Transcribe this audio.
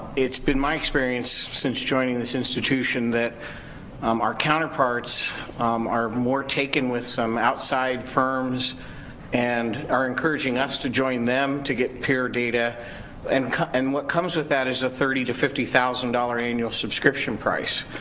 it's been my experience since joining this institution, that um our counterparts are more taken with some outside firms and are encouraging us to join them to get peer data and and what comes with that is a thirty to fifty thousand dollar annual subscription price.